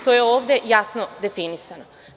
To je ovde jasno definisano.